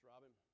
Robin